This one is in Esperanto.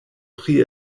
pri